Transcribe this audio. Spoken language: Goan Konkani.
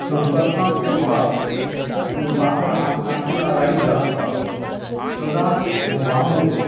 संपर्कांत येवपाक फुलपाखरां सामकी लालायीत आसतात सदांच म्होंवां मूस